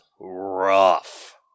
rough